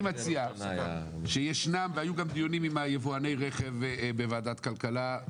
היו גם דיונים עם יבואני הרכב בוועדת הכלכלה,